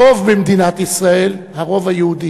הרוב במדינת ישראל, הרוב היהודי.